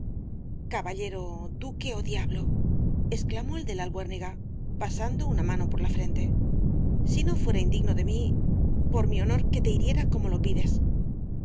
caballero duque ó diablo exclamó el de la albuérniga pasando una mano por la frente si no fuera indigno de mí por mi honor que te hiriera como lo pides